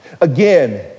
Again